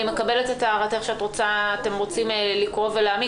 אני מקבלת את הערתך שאתם רוצים לקרוא ולהעמיק.